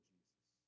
Jesus